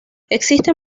existen